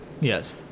Yes